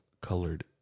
colored